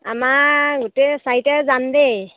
আমাৰ গোটেই চাৰিটায়ে যাম দেই